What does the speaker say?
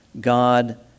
God